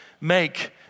make